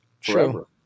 True